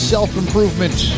Self-Improvement